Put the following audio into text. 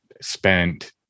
spent